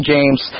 James